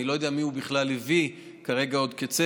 אני לא יודע את מי הוא בכלל הביא כרגע עוד כצוות.